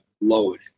load